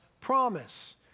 promise